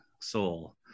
soul